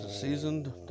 Seasoned